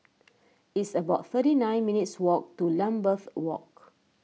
it's about thirty nine minutes' walk to Lambeth Walk